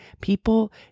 People